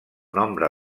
nombre